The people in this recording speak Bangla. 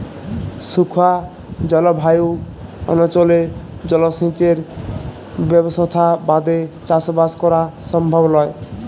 শুখা জলভায়ু অনচলে জলসেঁচের ব্যবসথা বাদে চাসবাস করা সমভব লয়